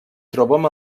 trobem